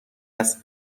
است